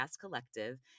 Collective